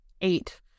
eight